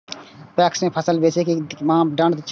PACS में फसल बेचे के कि मापदंड छै?